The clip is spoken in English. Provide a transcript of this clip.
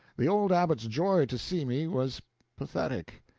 the old abbot's joy to see me was pathetic.